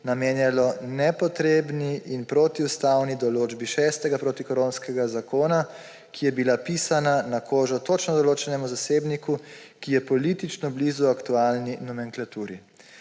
namenjalo nepotrebni in protiustavni določba 6. protikoronskega zakona, ki je bila pisana na kožo točno določenemu zasebniku, ki je politično blizu aktualni nomenklaturi.